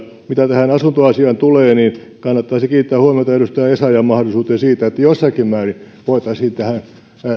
mitä tähän asuntoasiaan tulee niin kannattaisi kiinnittää huomiota edustaja essayahn esittämään mahdollisuuteen siitä että jossakin määrin voitaisiin tähän